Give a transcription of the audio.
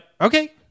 Okay